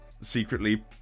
secretly